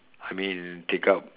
I mean take up